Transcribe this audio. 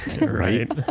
Right